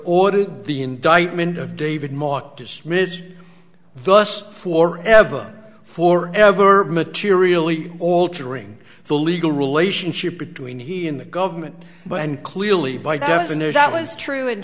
ordered the indictment of david mark to smith's thus for ever for ever materially altering the legal relationship between he and the government but and clearly by definition that was tr